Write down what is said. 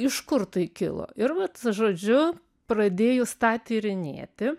iš kur tai kilo ir vat žodžiu pradėjus tą tyrinėti